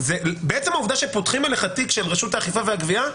עצם העובדה שפותחים עליך תיק של רשות האכיפה והגבייה,